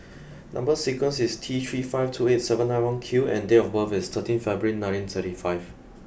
number sequence is T three five two eight seven nine one Q and date of birth is thirteen February nineteen thirty five